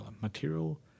material